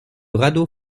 radeau